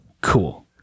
Cool